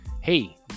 Hey